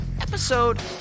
episode